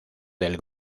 del